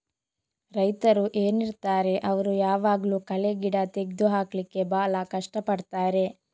ರೈತರು ಏನಿರ್ತಾರೆ ಅವ್ರು ಯಾವಾಗ್ಲೂ ಕಳೆ ಗಿಡ ತೆಗ್ದು ಹಾಕ್ಲಿಕ್ಕೆ ಭಾಳ ಕಷ್ಟ ಪಡ್ತಾರೆ